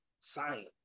science